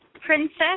princess